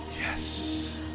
yes